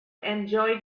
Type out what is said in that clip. enjoy